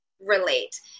relate